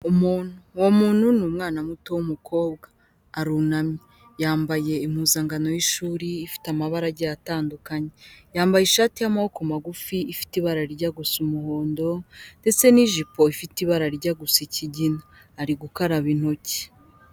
Umuntu uwo muntu ni umwana muto w'umukobwa arunamye yambaye impuzangano y'ishuri ifite amabara agiye atandukanye, yambaye ishati y'amaboko magufi ifite ibara rijya gusa umuhondo ndetse n'ijipo ifite ibara rijya gusa ikigina ari gukaraba intoki.